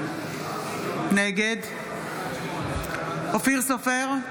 נגד אופיר סופר,